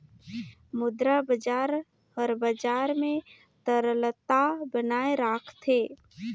मुद्रा बजार हर बजार में तरलता बनाए राखथे